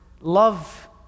Love